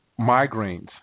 Migraines